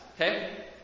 okay